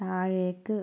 താഴേക്ക്